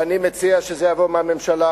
ואני מציע שזה יבוא מהממשלה.